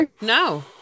No